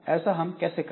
ऐसा हम कैसे करें